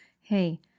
Hey